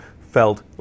felt